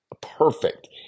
perfect